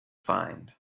find